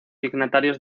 dignatarios